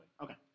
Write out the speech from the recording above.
Okay